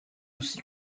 aussi